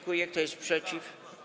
Kto jest przeciw?